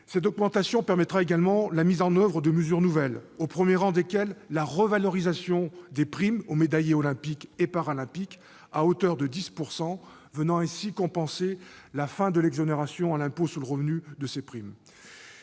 Cette augmentation permettra également la mise en oeuvre de mesures nouvelles, au premier rang desquelles la revalorisation des primes aux médaillés olympiques et paralympiques à hauteur de 10 %, venant ainsi compenser la fin de l'exonération à l'impôt sur le revenu de ces primes.